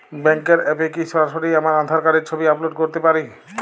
ব্যাংকের অ্যাপ এ কি সরাসরি আমার আঁধার কার্ডের ছবি আপলোড করতে পারি?